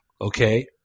Okay